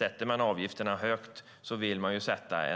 Har man höga avgifter vill man sätta